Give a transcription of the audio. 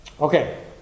Okay